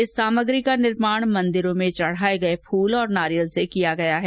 इस सामग्री का निर्माण मंदिरों में चएाये गए फूल और नारियल से किया गया है